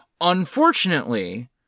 Unfortunately